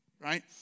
right